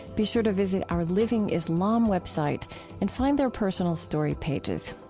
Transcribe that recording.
be sure to visit our living islam web site and find their personal story pages.